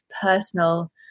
personal